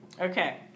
Okay